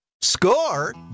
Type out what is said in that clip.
Score